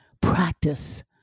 practice